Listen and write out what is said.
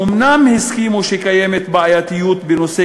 אומנם הם הסכימו שקיימת בעייתיות בנושא